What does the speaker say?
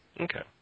Okay